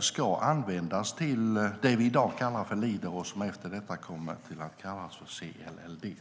ska användas till det vi i dag kallar Leader och som efter detta kommer att kallas CLLD.